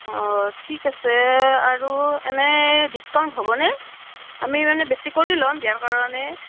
অঁ ঠিক আছে আৰু এনেই ডিছকাউণ্ট হ'বনে আমি মানে বেছি কৰি ল'ম বিয়াৰ কাৰণে